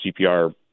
CPR